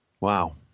Wow